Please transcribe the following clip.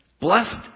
Blessed